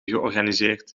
georganiseerd